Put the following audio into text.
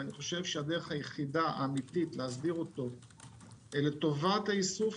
והדרך היחידה האמיתית להסדיר אותו לטובת האיסוף,